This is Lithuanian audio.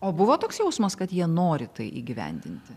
o buvo toks jausmas kad jie nori tai įgyvendinti